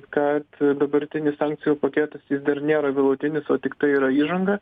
kad dabartinis sankcijų paketas jis dar nėra galutinis o tiktai yra įžanga